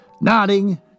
Nodding